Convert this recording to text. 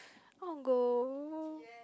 I want go